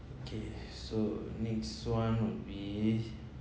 okay so next one would be